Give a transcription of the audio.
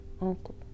uncle